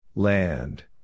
Land